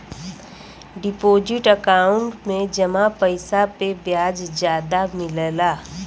deposit account में जमा पइसा पे ब्याज जादा मिलला